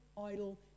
idol